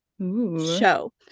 show